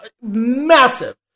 massive